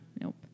Nope